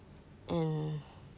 and